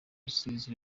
rusizi